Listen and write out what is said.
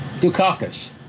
Dukakis